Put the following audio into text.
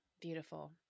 beautiful